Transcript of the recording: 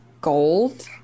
gold